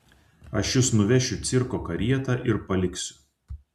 aš jus nuvešiu cirko karieta ir paliksiu